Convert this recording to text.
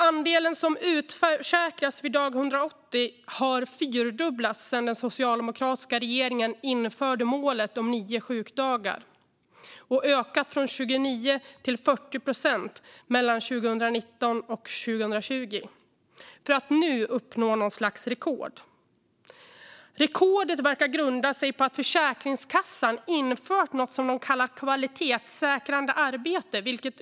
Andelen som utförsäkras vid dag 180 har fyrdubblats sedan den socialdemokratiska regeringen införde målet om nio sjukdagar och har ökat från 29 till 40 procent mellan 2019 och 2020 för att nu uppnå något slags rekord. Rekordet verkar grunda sig på att Försäkringskassan har infört något som kallas kvalitetssäkrande arbete.